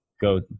go